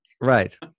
Right